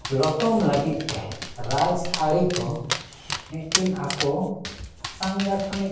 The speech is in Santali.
ᱞᱚᱴᱚᱢ ᱞᱟᱹᱜᱤᱫ ᱛᱮ ᱨᱟᱡᱽ ᱟᱹᱨᱤ ᱠᱚ ᱢᱤᱫᱴᱮᱱ ᱟᱠᱚ ᱥᱟᱝᱜᱟᱴᱷᱚᱱᱤᱠ